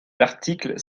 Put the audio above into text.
l’article